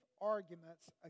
arguments